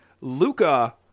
Luca